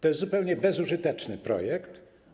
To jest zupełnie bezużyteczny projekt.